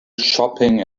shopping